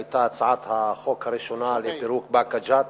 זו היתה הצעת החוק הראשונה לפירוק באקה ג'ת,